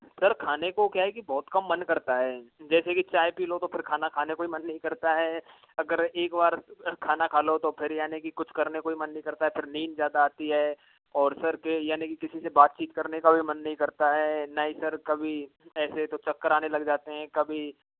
sir खाने को क्या है कि बहुत कम मन करता है जैसे कि चाय पी लो तो फिर खाना खाने को ही मन नहीं करता है अगर एक बार खाना खालो तो फिर यानि की कुछ करने को ही मन नहीं करता है फिर नींद ज़्यादा आती है और सर के यानी की किसी से बातचीत करने का भी मन नहीं करता है ना हीं सर कभी ऐसे तो चक्कर आने लग जाते हैं कभी